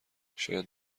شاید